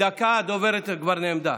הדוברת כבר נעמדה.